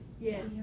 Yes